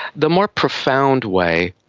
the more profound way,